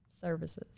services